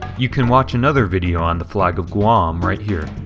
you can watch another video on the flag of guam right here.